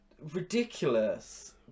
ridiculous